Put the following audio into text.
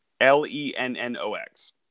L-E-N-N-O-X